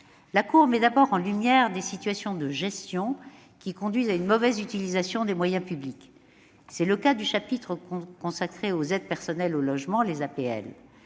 La Cour met d'abord en lumière des situations de gestion qui conduisent à une mauvaise utilisation des moyens publics. C'est le cas du chapitre consacré aux aides personnalisées au logement (APL).